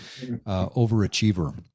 overachiever